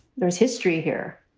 there's history here.